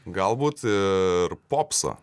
galbūt ir popsą